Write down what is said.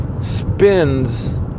spins